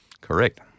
Correct